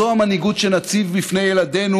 זו המנהיגות שנציב בפני ילדינו?